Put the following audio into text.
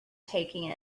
taking